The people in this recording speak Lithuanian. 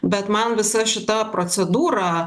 bet man visa šita procedūra